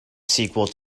sequel